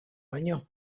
baino